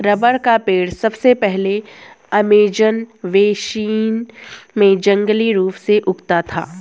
rubber का पेड़ सबसे पहले अमेज़न बेसिन में जंगली रूप से उगता था